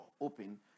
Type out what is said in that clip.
open